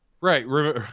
Right